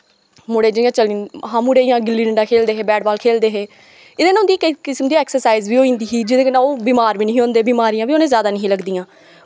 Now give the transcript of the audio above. मुड़े जियां गिल्ली डंडा खेलदे हे बैट बॉल खेलदे हे एह्दे कन्नै उंदा केंई किस्म दा ऐक्ससाईज़ बी होई जंदी ही कि जेह्दे कन्नै ओह् बिमार बी नी होंदे बिमारियां बी उनें जादा नेंई हियां लगदियां